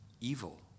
evil